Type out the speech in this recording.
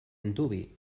antuvi